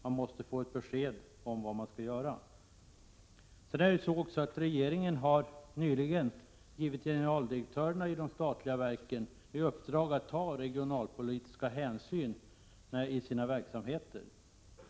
Man måste få ett besked, så att man vet man skall göra. Regeringen har nyligen givit generaldirektörerna vid de statliga verken i 67 uppdrag att ta regionalpolitiska hänsyn i sina verksamheter.